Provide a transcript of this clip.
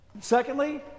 Secondly